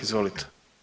Izvolite.